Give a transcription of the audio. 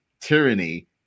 tyranny